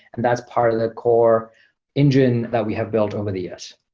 and that's part of the core engine that we have built over the years